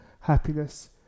happiness